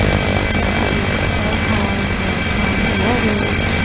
they can produce self-harm or harm to others,